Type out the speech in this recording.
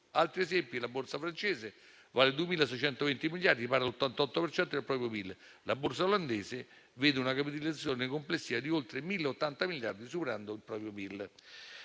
Altri esempi: la borsa francese vale 2.620 miliardi, pari all'88 per cento del PIL. La borsa olandese vede una capitalizzazione complessiva di oltre 1.080 miliardi, superando il proprio PIL.